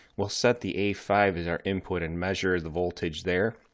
we'll set the a five as our input and measure the voltage there,